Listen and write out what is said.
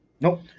Nope